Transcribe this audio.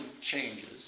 changes